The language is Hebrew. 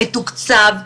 מתוקצב,